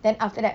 then after that